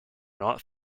not